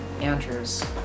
Andrew's